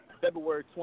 February